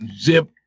zip